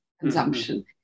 consumption